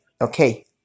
Okay